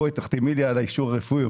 בואי תחתמי לי על האישור הרפואי,